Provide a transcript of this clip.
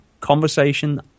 conversation